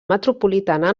metropolitana